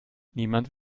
niemand